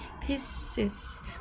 pieces